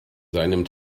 seinem